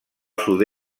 sud